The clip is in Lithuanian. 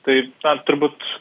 tai na turbūt